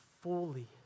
fully